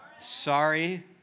Sorry